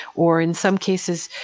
or in some cases,